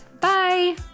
Bye